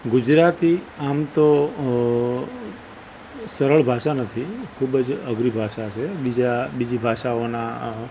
ગુજરાતી આમ તો સરળ ભાષા નથી ખૂબ જ અઘરી ભાષા છે બીજા બીજી ભાષાઓનાં